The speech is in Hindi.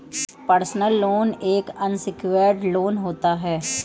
पर्सनल लोन एक अनसिक्योर्ड लोन होता है